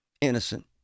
Innocent